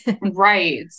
right